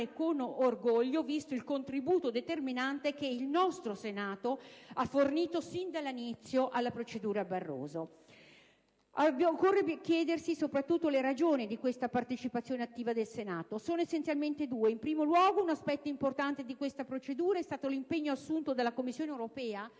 con orgoglio, visto il contributo determinante che il nostro Senato ha fornito sin dall'inizio alla procedura Barroso. Occorre chiedersi le ragioni di questa partecipazione attiva del Senato. Sono essenzialmente due, a cominciare dal fatto che un aspetto importante di questa procedura è stato l'impegno assunto dalla Commissione europea